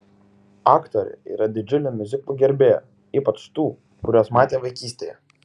aktorė yra didžiulė miuziklų gerbėja ypač tų kuriuos matė vaikystėje